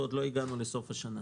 ועוד לא הגענו לסוף השנה.